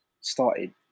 started